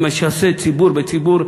שמשסה ציבור בציבור,